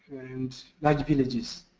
and large villages,